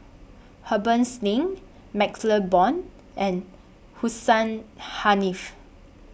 Harbans Ning MaxLe Blond and Hussein Haniff